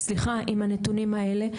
סליחה, עם הנתונים האלה.